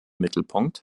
mittelpunkt